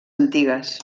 antigues